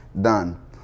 done